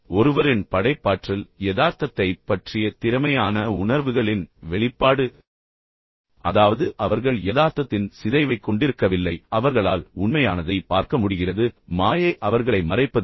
ஒருவரின் படைப்பாற்றல் யதார்த்தத்தைப் பற்றிய திறமையான உணர்வுகளின் வெளிப்பாடு அதாவது அவர்கள் யதார்த்தத்தின் சிதைவைக் கொண்டிருக்கவில்லை அவர்களால் உண்மையானதை பார்க்க முடிகிறது மேலும் எந்தவிதமான மாயைகளாலும் அவர்கள் மூ டப்படுவதில்லை